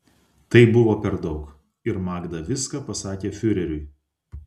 tai buvo per daug ir magda viską pasakė fiureriui